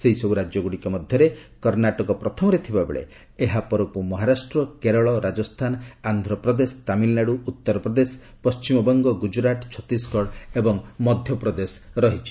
ସେହିସବୁ ରାଜ୍ୟ ଗୁଡ଼ିକ ମଧ୍ୟରେ କର୍ଣ୍ଣାଟକ ପ୍ରଥମରେ ଥିବା ବେଳେ ଏହା ପରକୁ ମହାରାଷ୍ଟ୍ର କେରଳ ରାଜସ୍ଥାନ ଆନ୍ଧ୍ରପ୍ରଦେଶ ତାମିଲନାଡୁ ଉତ୍ତରପ୍ରଦେଶ ପଶ୍ଚିମବଙ୍ଗ ଗୁଜରାଟ ଛତିଶଗଡ଼ ଏବଂ ମଧ୍ୟପ୍ରଦେଶ ରହିଛି